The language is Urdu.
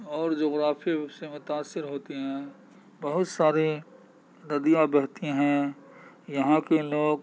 اور جغرافیے سے متاثر ہوتی ہیں بہت ساری ندیاں بہتی ہیں یہاں کے لوگ